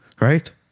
Right